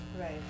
right